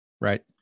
Right